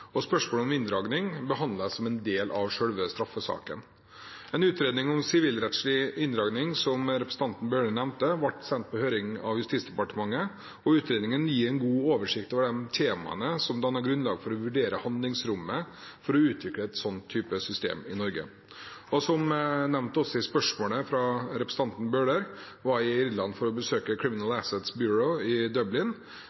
Spørsmålet om inndragning behandles som en del av selve straffesaken. En utredning om sivilrettslig inndragning, som representanten Bøhler nevnte, ble sendt på høring av Justisdepartementet, og utredningen gir en god oversikt over de temaene som danner grunnlag for å vurdere handlingsrommet for å utvikle et slikt system i Norge. Som også nevnt i spørsmålet fra representanten Bøhler, var jeg i Irland for å besøke Criminal